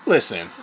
Listen